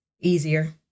easier